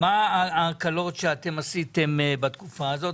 מה ההקלות שאתם עשיתם בתקופה הזאת,